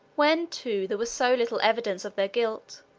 when, too, there was so little evidence of their guilt,